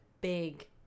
big